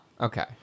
Okay